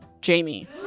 Jamie